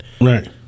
Right